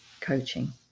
Coaching